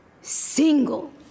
single